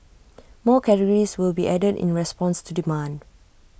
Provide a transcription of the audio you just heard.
more categories will be added in response to demand